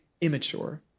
immature